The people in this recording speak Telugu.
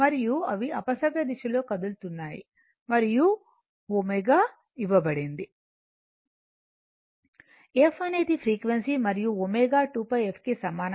మరియు అవి అపసవ్యదిశ లో కదులుతున్నాయి మరియు ω ఇవ్వబడింది f అనేది ఫ్రీక్వెన్సీ మరియు ω 2πf కు సమానం